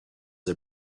are